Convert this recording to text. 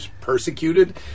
persecuted